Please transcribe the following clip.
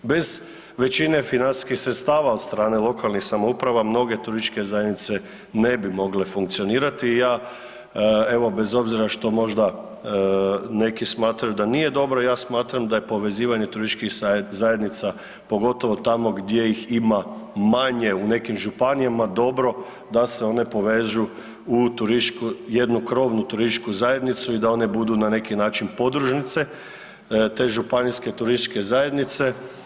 Bez većine financijskih sredstava od strane lokalnih samouprave mnoge turističke zajednice ne bi mogle funkcionirati i ja evo bez obzira što možda neki smatraju da nije dobro ja smatram da je povezivanje turističkih zajednica, pogotovo tamo gdje ih ima manje u nekim županijama dobro da se one povežu u turističku, jednu krovnu turističku zajednicu i da one budu na neki način podružnice, te županijske turističke zajednice.